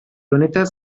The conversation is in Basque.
honetaz